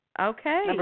Okay